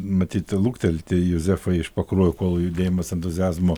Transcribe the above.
matyt luktelti juzefą iš pakruojo kol judėjimas entuziazmo